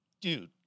dude